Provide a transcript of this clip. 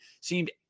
seemed